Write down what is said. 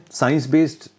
Science-based